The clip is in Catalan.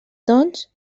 doncs